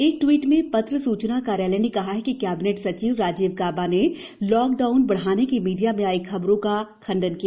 एक ट्वीट में पत्र सूचना कार्यालय ने कहा है कि कैबिनेट सचिव राजीव गॉबा ने लॉकडाउन बढाने की मीडिया में आई खबरों का खंडन किया